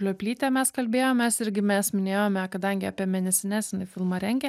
plioplyte mes kalbėjomės irgi mes minėjome kadangi apie mėnesines jinai filmą rengia